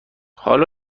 حالا